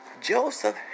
Joseph